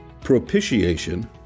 propitiation